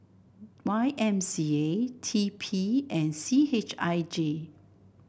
Y M C A T P and C H I J